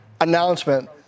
announcement